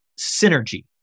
synergy